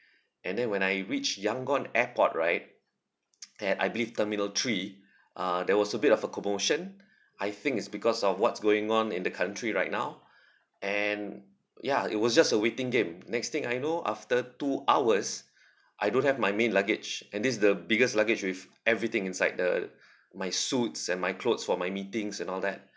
and then when I reach yangon airport right eh I believe terminal three uh there was a bit of a commotion I think it's because of what's going on in the country right now and ya it was just a waiting game next thing I know after two hours I don't have my main luggage and this is the biggest luggage with everything inside the my suits and my clothes for my meetings and all that